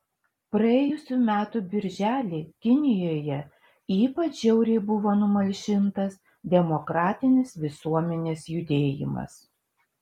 praėjusių metų birželį kinijoje ypač žiauriai buvo numalšintas demokratinis visuomenės judėjimas